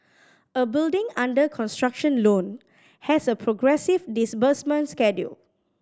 a building under construction loan has a progressive disbursement schedule